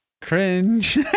Cringe